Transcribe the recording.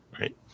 right